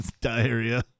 diarrhea